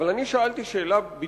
אבל אני רוצה לנצל את ההזדמנות כדי לומר